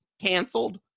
canceled